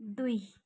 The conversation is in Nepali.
दुई